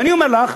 ואני אומר לך,